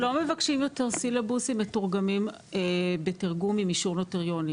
אנחנו לא מבקשים יותר סילבוסים מתורגמים בתרגום עם אישור נוטריוני.